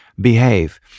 behave